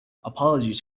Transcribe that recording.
apologies